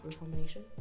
reformation